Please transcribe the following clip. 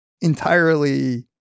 entirely